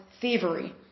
thievery